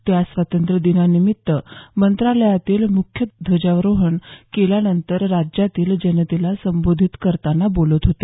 ते आज स्वातंत्र्य दिनानिमित्त मंत्रालयातील मुख्य ध्वजवंदन केल्यानंतर राज्यातील जनतेला संबोधित करताना बोलत होते